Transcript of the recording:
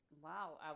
Wow